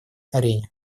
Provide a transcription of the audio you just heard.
арене